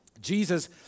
Jesus